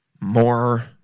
more